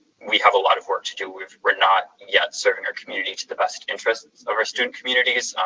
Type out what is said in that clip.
we have a lot of work to do. we're not yet serving our community to the best interest of our student communities,